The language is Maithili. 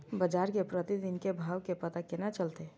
बजार के प्रतिदिन के भाव के पता केना चलते?